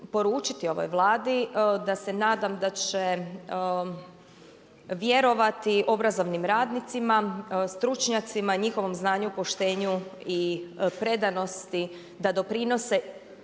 poručiti ovoj Vladi da se nadam da će vjerovati obrazovnim radnicima, stručnjacima, njihovom znanju poštenju i predanosti da doprinose